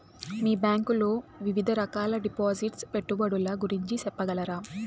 మీ bank లో వివిధ రకాల డిపాసిట్స్, పెట్టుబడుల గురించి సెప్పగలరా?